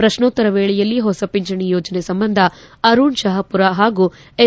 ಪ್ರಶ್ಯೋತ್ತರ ವೇಳೆಯಲ್ಲಿ ಹೊಸ ಪಿಂಚಣಿ ಯೋಜನೆ ಸಂಬಂಧ ಅರುಣ್ ಶಹಾಪೂರ ಹಾಗೂ ಎಸ್